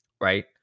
right